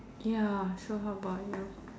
ya so how about you